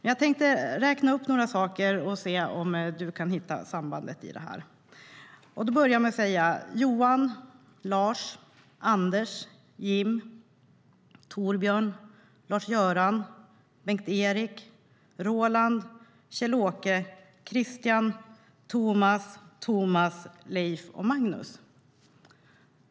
Jag tänkte räkna upp några namn och se om du kan hitta sambandet: Johan, Lars, Anders, Jim, Torbjörn, Lars-Göran, Bengt-Erik, Roland, Kjell-Åke, Christian, Tomas, Thomas, Leif och Magnus.